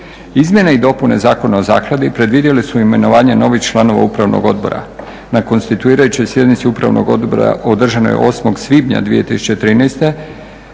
Izmjene i dopune Zakona o zakladi predvidjele su imenovanje novih članova upravnog odbora. Na konstituirajućoj sjednici upravnog odbora održane 8. svibnja 2013.